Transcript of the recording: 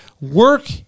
Work